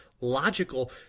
logical